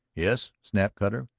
yes, snapped cutter.